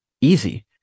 Easy